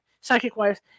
psychic-wise